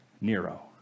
Nero